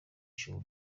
shuri